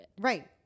right